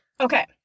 Okay